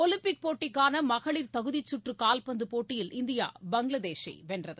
Olympic போட்டிக்கானமகளிர் தகுதிக்கற்றுகால்பந்துப் போட்டியில் இந்தியா பங்ளாதேஷை வென்றது